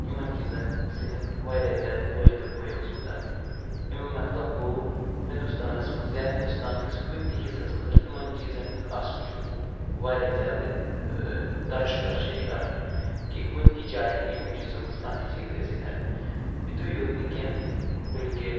یِمن چیٖزن سۭتۍ وارِیاہ زیادٕ لوے تہٕ کھوے اوسمُت اَمہِ مطلب گوٚو ہُندوستانس منٛز یا ہندوستانکِس کُنہِ تہِ حِصس منٛز یِمن چیٖزن ہُنٛد آسُن چھُ وارِیاہ زیادٕ طے شُدا چھےٚ یہِ کَتھ کہِ کُنہِ تہِ جاے ہٮ۪کہِ یِمو چیٖزو منٛز کانٛہہ تہِ چیٖز ٲسۭتھ یِتُے یوت نہٕ کیٚنٛہہ بٔلکہِ